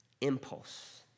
impulse